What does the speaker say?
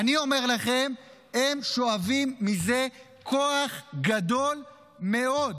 אני אומר לכם, הם שואבים מזה כוח גדול מאוד.